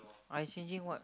I changing what